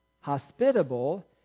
Hospitable